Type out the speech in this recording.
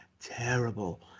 terrible